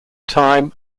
time